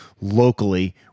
locally